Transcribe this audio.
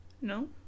no